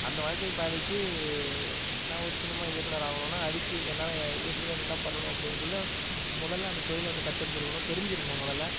அந்த வாழ்க்கைப் பாதைக்கு நான் ஒரு சினிமா இயக்குனர் ஆகணுனால் அதுக்கு என்ன எது எதில் பண்ணணும் அப்படிங்குள்ள முதலில் அந்த தொழிலை கற்றுருந்துருக்குணும் தெரிஞ்சிருக்கணும் முதலில்